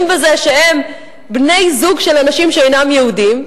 בזה שהם בני-זוג של אנשים שאינם יהודים,